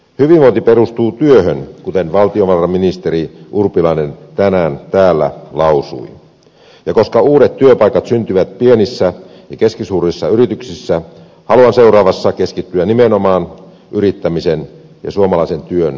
hyvinvointi perustuu työhön kuten valtiovarainministeri urpilainen tänään täällä lausui ja koska uudet työpaikat syntyvät pienissä ja keskisuurissa yrityksissä haluan seuraavassa keskittyä nimenomaan yrittämisen ja suomalaisen työn lisäämiseen